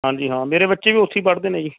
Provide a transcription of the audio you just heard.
ਹਾਂਜੀ ਹਾਂ ਮੇਰੇ ਬੱਚੇ ਵੀ ਉੱਥੇ ਹੀ ਪੜ੍ਹਦੇ ਨੇ ਜੀ